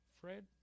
Fred